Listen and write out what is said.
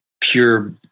pure